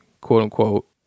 quote-unquote